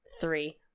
three